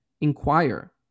inquire